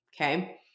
Okay